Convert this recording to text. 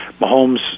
Mahomes